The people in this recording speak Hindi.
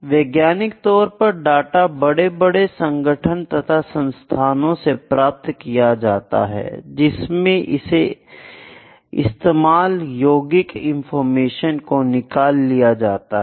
वैज्ञानिक तौर पर डाटा बड़े बड़े संगठन तथा संस्थानों से प्राप्त किया जाता है जिसमें से इस्तेमाल योगिक इंफॉर्मेशन को निकाल लिया जाता है